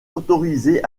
autorisé